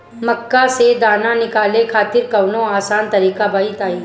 मक्का से दाना निकाले खातिर कवनो आसान तकनीक बताईं?